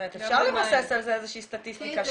אפשר לבסס על זה איזושהי סטטיסטיקה,